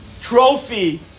trophy